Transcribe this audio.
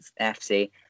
FC